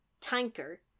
tanker